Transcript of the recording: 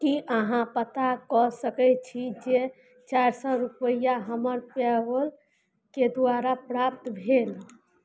की अहाँ पता कऽ सकय छी जे चारि सओ रुपैआ हमर पेपलके द्वारा प्राप्त भेल